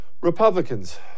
Republicans